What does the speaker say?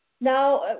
Now